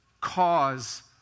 cause